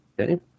okay